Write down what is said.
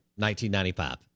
1995